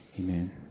Amen